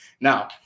Now